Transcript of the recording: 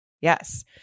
Yes